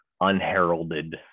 unheralded